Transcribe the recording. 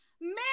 Man